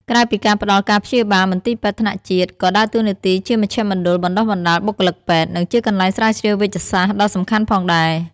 ក្រៅពីការផ្តល់ការព្យាបាល មន្ទីរពេទ្យថ្នាក់ជាតិក៏ដើរតួនាទីជាមជ្ឈមណ្ឌលបណ្តុះបណ្តាលបុគ្គលិកពេទ្យ និងជាកន្លែងស្រាវជ្រាវវេជ្ជសាស្ត្រដ៏សំខាន់ផងដែរ។